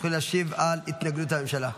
תוכלי להשיב על התנגדות הממשלה.